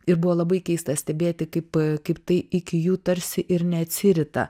ir buvo labai keista stebėti kaip kaip tai iki jų tarsi ir neatsirita